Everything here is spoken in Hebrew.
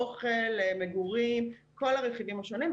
אוכל, מגורים, כל הרכיבים השונים.